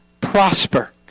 prosper